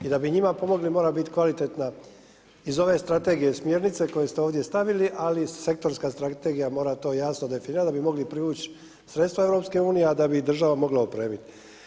I da bi njima pomogli mora biti kvalitetna iz ove strategije smjernice koje ste ovdje stavili, ali sektorska strategija mora to jasno definirati da bi mogli privuć sredstva EU, a da bi i država mogla opremit.